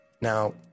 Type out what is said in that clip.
now